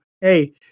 hey